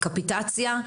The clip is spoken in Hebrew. קפיטציה,